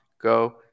Go